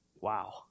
Wow